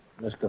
Mr